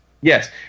yes